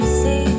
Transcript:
see